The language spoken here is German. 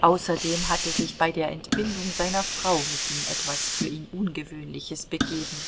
außerdem hatte sich bei der entbindung seiner frau mit ihm etwas für ihn ungewöhnliches begeben